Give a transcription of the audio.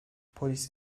polis